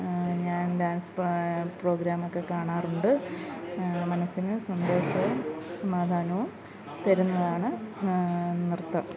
ഞാൻ ഡാൻസ് പ്രോഗ്രാമൊക്കെ കാണാറുണ്ട് മനസിന് സന്തോഷവും സമാധാനവും തരുന്നതാണ് നൃത്തം